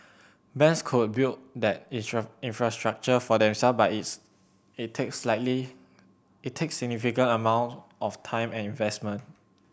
banks could build that infrastructure for themselves but it takes it takes significant amounts of time and investment